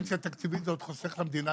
במקרה של פנסיה תקציבית זה עוד חוסך למדינה כסף.